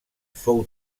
fou